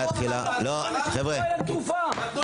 --- חבר'ה, לא, לא.